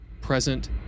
present